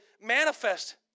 manifest